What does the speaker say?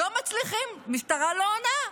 לא מצליחים, המשטרה לא עונה.